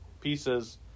pieces